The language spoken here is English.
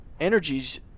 energies